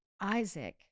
Isaac